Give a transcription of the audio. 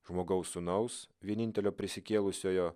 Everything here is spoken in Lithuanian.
žmogaus sūnaus vienintelio prisikėlusiojo